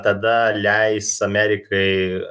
tada leis amerikai